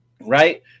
Right